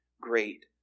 great